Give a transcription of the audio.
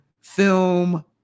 film